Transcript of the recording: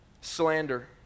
Slander